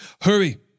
Hurry